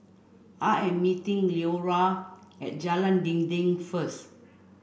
I am meeting Leora at Jalan Dinding first